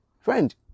Friend